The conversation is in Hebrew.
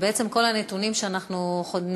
אני רוצה לומר שבעצם כל הנתונים שאנחנו נחשפים